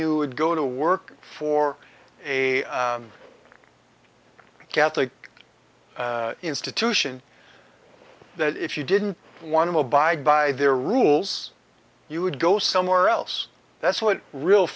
you go to work for a catholic institution that if you didn't want to abide by their rules you would go somewhere else that's what real